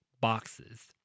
boxes